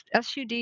SUD